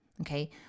Okay